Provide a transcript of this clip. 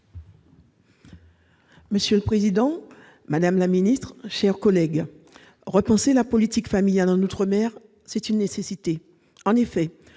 Monsieur le président, madame la ministre, mes chers collègues, repenser la politique familiale outre-mer est une nécessité.